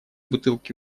бутылки